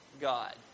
God